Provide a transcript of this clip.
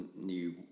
new